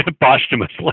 posthumously